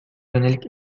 yönelik